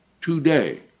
today